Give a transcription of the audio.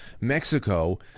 Mexico